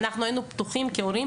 אנחנו היינו פתוחים כהורים.